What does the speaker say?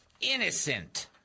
innocent